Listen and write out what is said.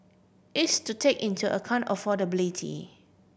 is to take into account affordability